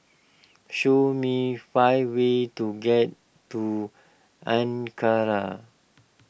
show me five ways to get to Ankara